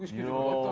you